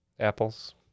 Apples